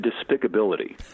despicability